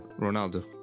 Ronaldo